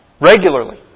regularly